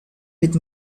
with